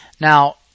Now